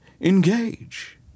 engage